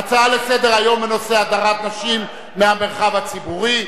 הצעות לסדר-היום בנושא: הדרת נשים מהמרחב הציבורי,